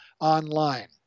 online